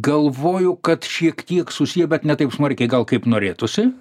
galvoju kad šiek tiek susiję bet ne taip smarkiai gal kaip norėtųsi